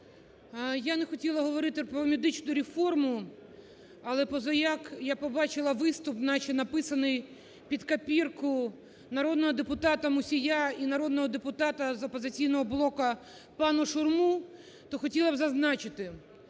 Я не хотіла говорити про медичну реформу, але позаяк я побачила виступ наче написаний під копірку народного депутата Мусія і народного депутата з "Опозиційного блоку" пана Шурми, то хотіла б зазначити,